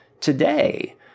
today